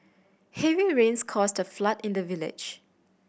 heavy rains caused a flood in the village